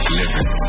living